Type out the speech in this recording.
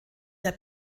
der